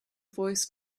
voice